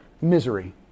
misery